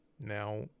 now